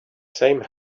same